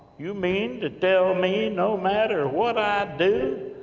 you mean to tell me, no matter what i do,